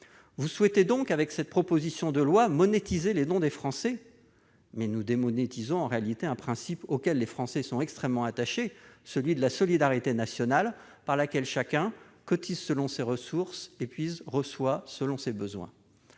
Vous souhaitez, avec cette proposition de loi, monétiser les dons des Français ? Mais vous démonétisez en réalité un principe auquel les Français sont extrêmement attachés, celui de la solidarité nationale par laquelle chacun cotise selon ses ressources et reçoit selon ses besoins.